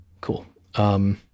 Cool